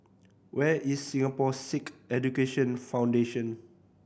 where is Singapore Sikh Education Foundation